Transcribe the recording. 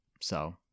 So-